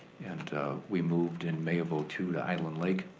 and we moved in may of ah two to island lake,